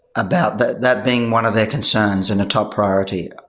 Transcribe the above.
about that that being one of their concerns and a top priority.